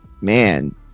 man